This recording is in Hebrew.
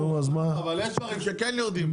אבל יש דברים שכן יורדים.